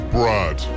Brad